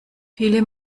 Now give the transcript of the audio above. viele